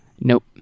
Nope